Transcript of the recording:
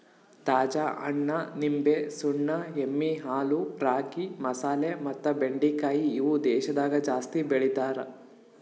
ತಾಜಾ ಹಣ್ಣ, ನಿಂಬೆ, ಸುಣ್ಣ, ಎಮ್ಮಿ ಹಾಲು, ರಾಗಿ, ಮಸಾಲೆ ಮತ್ತ ಬೆಂಡಿಕಾಯಿ ಇವು ದೇಶದಾಗ ಜಾಸ್ತಿ ಬೆಳಿತಾರ್